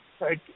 right